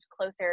closer